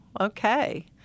Okay